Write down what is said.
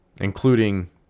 including